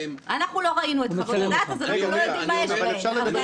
ובהן --- אנחנו לא ראינו את חוות הדעת אז אנחנו לא יודעים מה יש בהן.